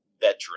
veteran